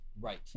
Right